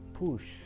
push